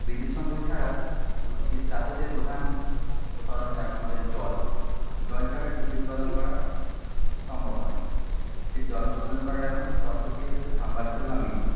বিদ্যুৎ সংযোগ ছাড়া চাষে যে প্রধান সরঞ্জাম আমাদের জল জল ছাড়া কৃষি উৎপাদন করা সম্ভব নয় সেই জল উৎপাদন করার এখন পদ্ধতি হচ্ছে সাবমারসেল বা মিনি